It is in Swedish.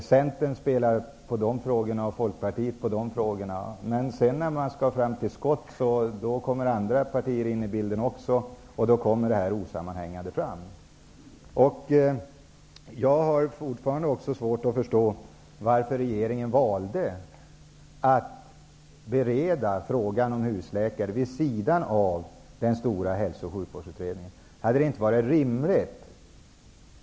Centern spelar på sina frågor och Folkpartiet på sina. Men när man skall komma till skott kommer också andra partier in i bilden, och då blir det osammanhängande. Jag har fortfarande svårt att förstå varför regeringen valde att bereda frågan om husläkare vid sidan av den stora hälso och sjukvårdsutredningen.